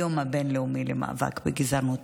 היום הבין-לאומי למאבק בגזענות.